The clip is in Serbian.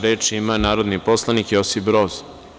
Reč ima narodni poslanik Josip Broz.